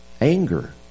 anger